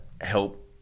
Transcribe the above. help